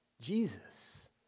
Jesus